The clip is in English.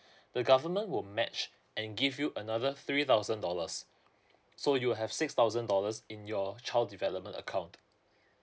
the government will match and give you another three thousand dollars so you'll have six thousand dollars in your child develop account